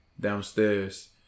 downstairs